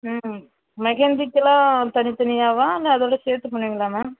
ம் மெஹந்திக்கெலாம் தனித்தனியாவா இல்லை அதோடய சேர்த்து பண்ணுவீங்களா மேம்